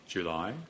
July